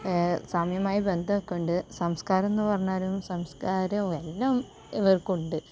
സാമ്യമായ ബന്ധമൊക്കെയുണ്ട് സംസ്കാരമെന്നു പറഞ്ഞാലും സംസ്കാരവും എല്ലാം ഇവർക്കുണ്ട്